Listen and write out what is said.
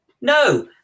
No